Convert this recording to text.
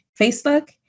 Facebook